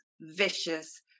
vicious